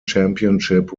championship